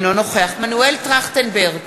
אינו נוכח מנואל טרכטנברג,